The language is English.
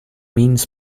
means